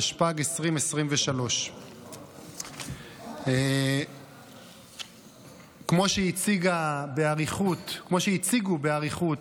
התשפ"ג 2023. מכיוון שהציגו באריכות,